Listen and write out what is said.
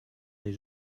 des